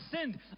sinned